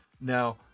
Now